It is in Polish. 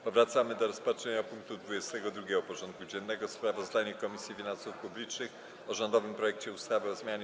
Powracamy do rozpatrzenia punktu 22. porządku dziennego: Sprawozdanie Komisji Finansów Publicznych o rządowym projekcie ustawy o zmianie